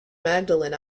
magdalen